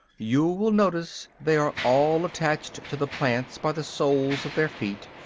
you will notice they are all attached to the plants by the soles of their feet,